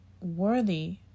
worthy